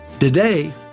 Today